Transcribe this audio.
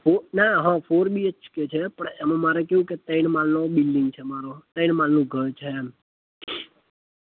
હો ના હ ફોર બીએચકે છે પણ એમાં મારે કેવું કે ત્રણ માળનો બિલ્ડિંગ છે મારો ત્રણ માળનું ઘર છે એમ